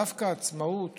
דווקא עצמאות